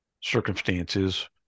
circumstances